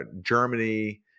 Germany